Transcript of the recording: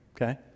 okay